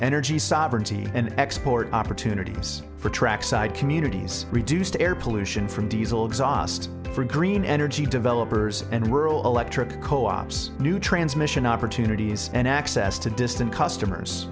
energy sovereignty and export opportunities for trackside communities reduced air pollution from diesel exhaust for green energy developers and rural electric co ops new transmission opportunities and access to distant customers